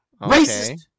Racist